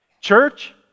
church